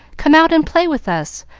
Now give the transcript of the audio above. come out and play with us,